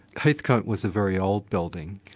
heathcote was a very old building,